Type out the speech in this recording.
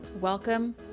Welcome